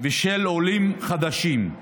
ושל עולים חדשים,